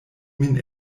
min